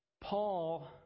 Paul